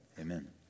Amen